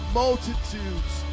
multitudes